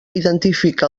identifica